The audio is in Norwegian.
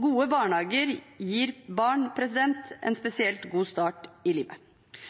Gode barnehager gir barn en spesielt god start i livet.